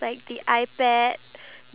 iya true